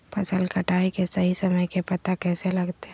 फसल कटाई के सही समय के पता कैसे लगते?